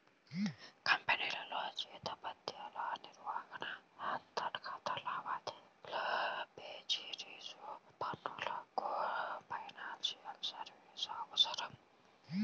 కంపెనీల్లో జీతభత్యాల నిర్వహణ, అంతర్గత లావాదేవీల బేరీజు పనులకు ఫైనాన్షియల్ సర్వీసెస్ అవసరం